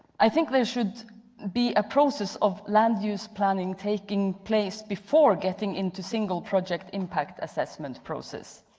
i think there should be a process of land-use planning taking place before getting into single project impact assessment process.